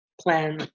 plan